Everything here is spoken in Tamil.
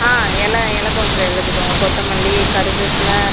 ஆ எலை எலை கொஞ்சம் எழுதிக்கோங்க கொத்தமல்லி கருவேப்பிலை